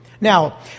Now